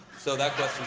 so that's question